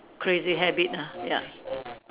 crazy habit ah ya